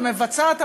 המבצעת,